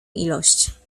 ilość